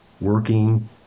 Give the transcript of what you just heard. working